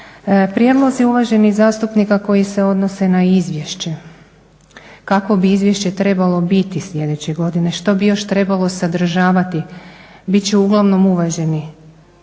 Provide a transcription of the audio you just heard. Prijedlozi uvaženih zastupnika koji se odnose na izvješće kakvo bi izvješće trebalo biti sljedeće godine, što bi još trebalo sadržavati. Bit će uglavnom uvaženi,